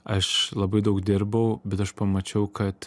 aš labai daug dirbau bet aš pamačiau kad